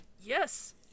Yes